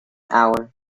hour